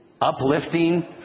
uplifting